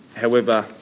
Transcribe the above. however,